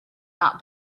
not